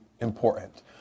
important